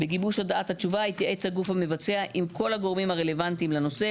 בגיבוש הודעת התשובה יתייעץ הגוף המבצע עם כל הגורמים הרלוונטיים לנושא,